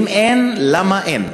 אם אין, למה אין?